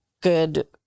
good